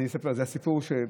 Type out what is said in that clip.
זה סיפור,